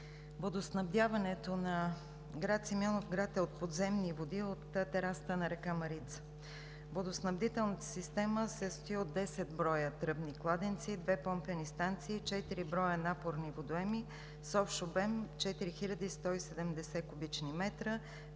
водоснабдяването на град Симеоновград е от подземни води – от терасата на река Марица. Водоснабдителната система се състои от 10 броя тръбни кладенци, две помпени станции, четири броя напорни водоеми с общ обем 4170 кубични метра,